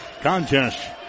contest